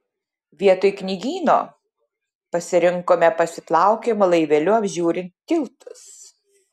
vietoj knygyno pasirinkome pasiplaukiojimą laiveliu apžiūrint tiltus